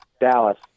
Dallas